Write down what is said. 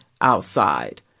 outside